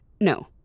no